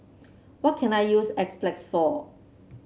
what can I use Enzyplex for